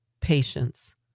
patience